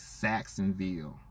Saxonville